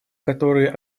которые